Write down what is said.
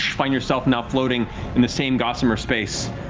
find yourself now floating in the same gossamer space,